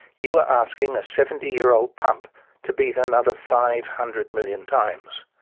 you are asking a seventy year old pump to beat another five hundred million times.